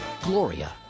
Gloria